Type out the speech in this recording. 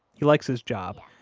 he likes his job.